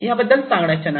याबद्दल सांगण्याच्या नाही